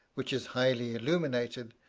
which is highly illuminated,